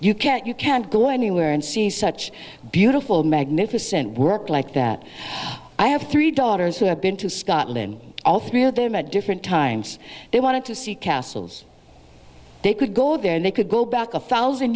you can't you can't go anywhere and see such beautiful magnificent work like that i have three daughters who have been to scotland in all three of them at different times they wanted to see castles they could go there and they could go back a thousand